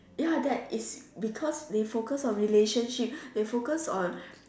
ya that is because they focus on relationship they focus on